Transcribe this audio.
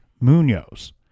Munoz